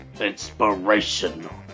inspirational